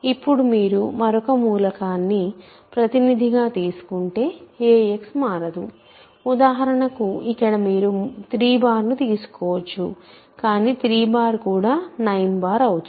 ఇప్పుడు మీరు మరొక మూలకాన్ని ప్రతినిధి గా తీసుకుంటే ax మారదు ఉదాహరణకు ఇక్కడ మీరు 3ను తీసుకోవచ్చు కానీ 3 కూడా 9 అవుతుంది